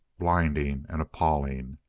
blinding and appalling.